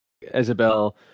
Isabel